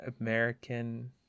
American